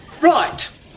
Right